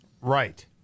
right